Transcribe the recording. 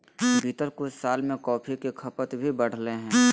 बीतल कुछ साल में कॉफ़ी के खपत भी बढ़लय हें